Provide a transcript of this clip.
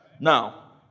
Now